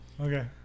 okay